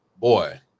boy